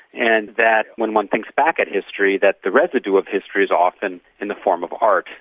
and that when one thinks back at history that the residue of history is often in the form of art.